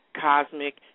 cosmic